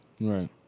Right